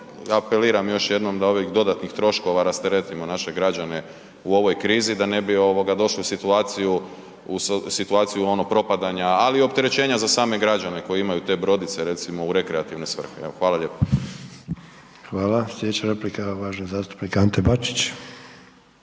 apeliram još jednom da ovih dodatnih troškova rasteretimo naše građane u ovoj krizi da ne bi došli u situaciju onog propadanja ali i opterećenja za same građane koji imaju te brodice recimo u rekreativne svrhe, evo hvala lijepo. **Sanader, Ante (HDZ)** Hvala. Slijedeća replika, uvaženi zastupnik Ante Bačić.